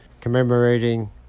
commemorating